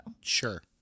Sure